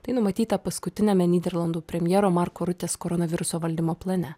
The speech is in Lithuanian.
tai numatyta paskutiniame nyderlandų premjero marko rutės koronaviruso valdymo plane